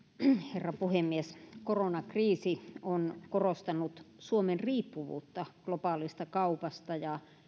herra puhemies koronakriisi on korostanut suomen riippuvuutta globaalista kaupasta ja